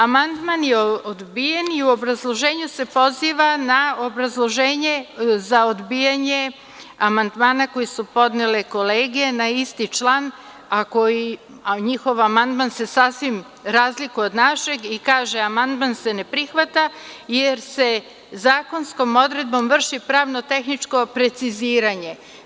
Amandman je odbijen i u obrazloženju se poziva na obrazloženje za odbijanje amandmana koje su podnele kolege na isti član, a njihov amandman se sasvim razlikuje od našeg i kaže – amandman se ne prihvata jer se zakonskom odredbom vrši pravno-tehničko preciziranje.